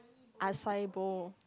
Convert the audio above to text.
acai bowl